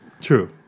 True